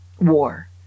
war